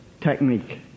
technique